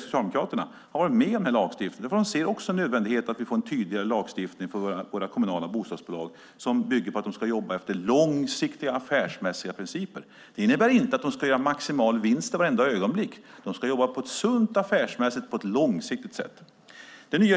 Socialdemokraterna har varit med på den här lagstiftningen. Då får vi också se nödvändigheten av att vi får en tydligare lagstiftning för våra kommunala bostadsbolag som bygger på att de ska jobba efter långsiktiga, affärsmässiga principer. Det innebär inte att de ska göra maximal vinst varenda ögonblick. De ska jobba på ett sunt affärsmässigt och långsiktigt sätt.